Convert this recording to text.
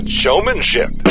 showmanship